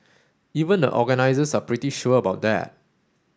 even the organisers are pretty sure about that